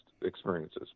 experiences